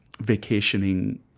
vacationing